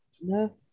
No